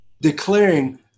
declaring